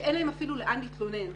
אין להם אפילו לאן להתלונן.